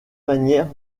manières